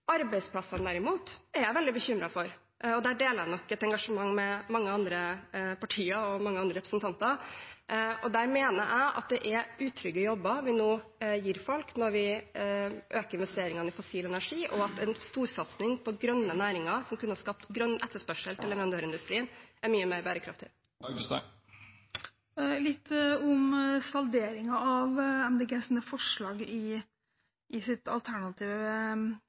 Arbeidsplassene derimot, er jeg veldig bekymret for. Der deler jeg nok et engasjement med mange andre partier og mange andre representanter. Der mener jeg at det er utrygge jobber vi nå gir til når vi nå øker investeringene i fossil energi, og at en storsatsing på grønne næringer som kunne skapt grønn etterspørsel i leverandørindustrien, er mye mer bærekraftig. Jeg vil si litt om salderingen, MDGs forslag i sin alternative pakke her i